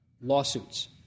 Lawsuits